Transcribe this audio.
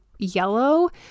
yellow